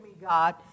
God